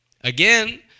Again